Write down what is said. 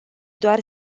doar